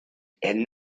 and